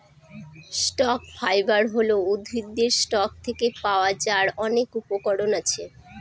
stock fibre হল উদ্ভিদের stock থেকে পাওয়া যার অনেক উপকরণ আছে